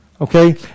okay